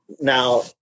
Now